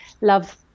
love